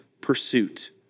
pursuit